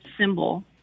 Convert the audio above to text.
symbol